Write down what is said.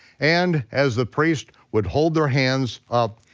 and as the priests would hold their hands up,